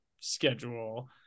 schedule